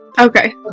Okay